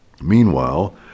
Meanwhile